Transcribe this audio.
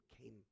came